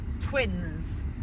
twins